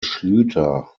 schlüter